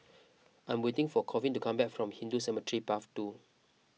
I am waiting for Colvin to come back from Hindu Cemetery Path two